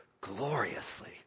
gloriously